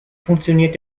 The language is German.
funktioniert